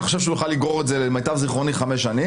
אני חושב שהוא יכול לגרור את זה חמש שנים.